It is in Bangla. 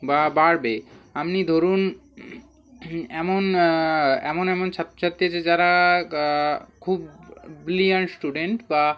বা বাড়বে আপনি ধরুন এমন এমন এমন ছাত্র ছাত্রী আছে যারা গা খুব ব্রিলিয়ান্ট স্টুডেন্ট বা